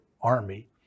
army